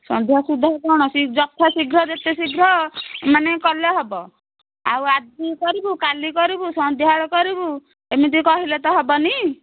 ସନ୍ଧ୍ୟା ସୁଦ୍ଧା କ'ଣ ଯଥା ଶୀଘ୍ର ଯେତେ ଶୀଘ୍ର ମାନେ କଲେ ହେବ ଆଉ ଆଜି କରିବୁ କାଲି କରିବୁ ସନ୍ଧ୍ୟା ବେଳେ କରିବୁ ଏମିତି କହିଲେ ତ ହେବନି